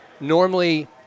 Normally